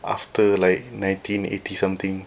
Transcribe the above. after like nineteen eighty something